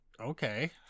okay